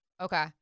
Okay